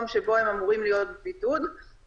לא התחלנו את הדיון אם לאשר.